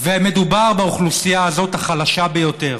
מדובר באוכלוסייה החלשה ביותר,